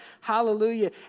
Hallelujah